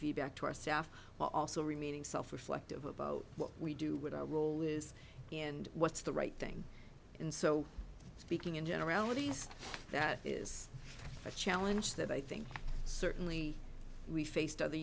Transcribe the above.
feedback to our staff while also remaining self reflect of about what we do what our role is and what's the right thing and so speaking in generalities that is a challenge that i think certainly we faced o